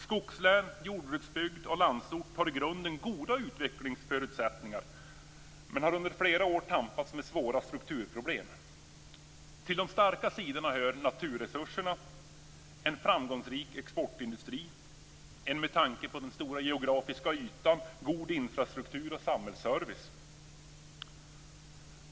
Skogslän, jordbruksbygd och landsort har i grunden goda utvecklingsförutsättningar men har under flera år tampats med svåra strukturproblem. Till de starka sidorna hör naturresurserna, en framgångsrik exportindustri och en - med tanke på den geografiskt stora ytan - god infrastruktur och samhällsservice.